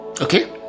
okay